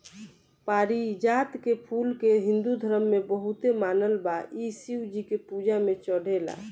पारिजात के फूल के हिंदू धर्म में बहुते मानल बा इ शिव जी के पूजा में चढ़ेला